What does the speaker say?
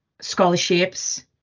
scholarships